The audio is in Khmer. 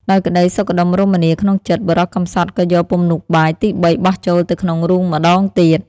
ដោយក្តីសុខដុមរមនាក្នុងចិត្ត បុរសកំសត់ក៏យក ពំនូតបាយទីបីបោះចូលទៅក្នុងរូងម្តងទៀត ។